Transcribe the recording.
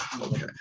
okay